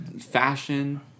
fashion